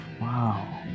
Wow